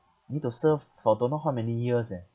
need to serve for don't know how many years eh